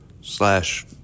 slash